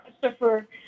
Christopher